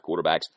quarterbacks